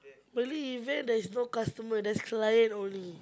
rarely event there is no customer there's client only